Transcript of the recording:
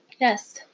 Yes